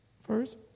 first